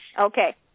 Okay